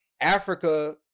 Africa